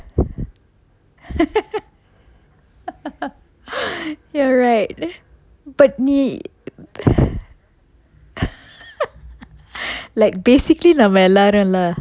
ya right but நீ:nee like basically நம்ம எல்லாரும்:namma ellarum lah